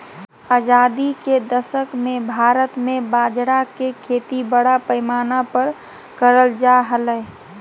आजादी के दशक मे भारत मे बाजरा के खेती बड़ा पैमाना पर करल जा हलय